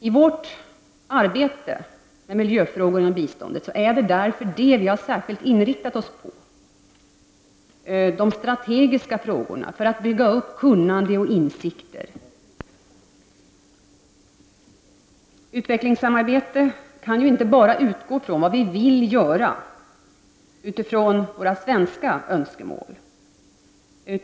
I vårt arbete med miljöfrågor inom biståndet har vi därför särskilt inriktat oss på de strategiska frågorna för att kunna bygga upp kunnande och insikter. Utvecklingssamarbete kan ju inte bara utgå från vad vi vill göra med tanke på våra svenska önskemål.